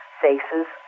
faces